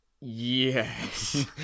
Yes